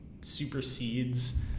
supersedes